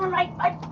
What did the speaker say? i